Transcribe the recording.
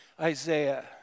Isaiah